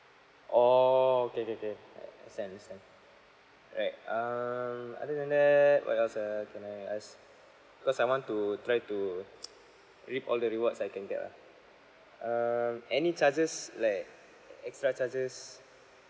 oh K K K right understand understand right um other than that what else ah can I ask cause I want to try to reap all the rewards I think yeah uh any charges like extra charges